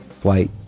Flight